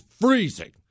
freezing